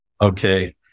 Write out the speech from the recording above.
Okay